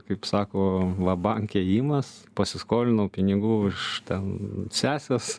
kaip sako va bank ėjimas pasiskolinau pinigų iš ten sesės